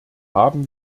haben